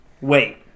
wait